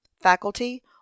faculty